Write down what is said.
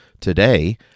Today